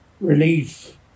relief